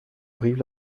brive